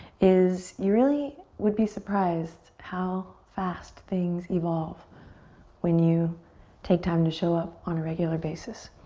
is you really would be surprised how fast things evolve when you take time to show up on a regular basis.